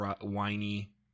whiny